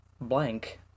blank